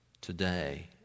today